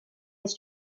his